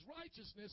righteousness